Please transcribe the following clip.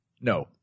No